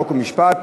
חוק ומשפט.